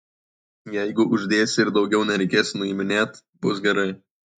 jeigu uždėsi ir daugiau nereikės nuiminėt bus gerai